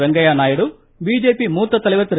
Venkaiah Naidu BJP மூத்த தலைவர் திரு